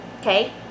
okay